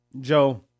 Joe